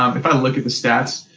um if i look at the stats,